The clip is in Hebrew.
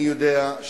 אדוני היושב-ראש,